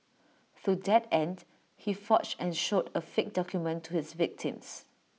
to that end he forged and showed A fake document to his victims